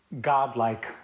godlike